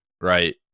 right